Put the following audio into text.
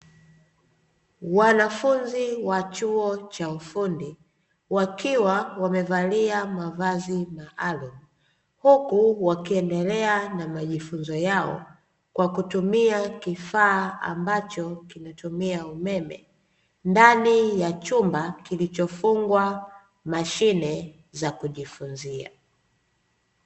Wanafunzi wa chuo cha ufundi wakiwa wamevalia mavazi maalumu, huku wakiendelea na mafunzo yao kwa kutumia kifaa ambacho kinatumia umeme, ndani ya chumba kilichofungwa mashine za kujifunzia.